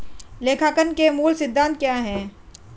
लेखांकन के मूल सिद्धांत क्या हैं?